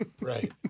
Right